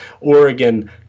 Oregon